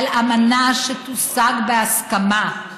על אמנה שתושג בהסכמה,